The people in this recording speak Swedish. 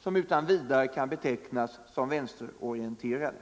som utan vidare kan betecknas som vänsterorienterade.